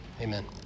Amen